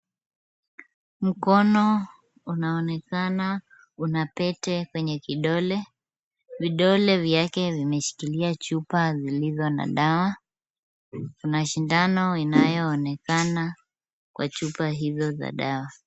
Mkono unaonekana una pete kwenye kidole, vidole vyake vimeshikilia chupa zilizo na dawa. Kuna shindano inayoonekana kwa chupa hizo za dawa.